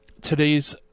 Today's